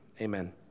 Amen